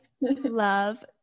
love